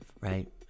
right